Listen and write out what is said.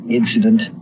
incident